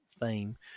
theme